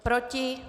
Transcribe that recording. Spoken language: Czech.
Proti?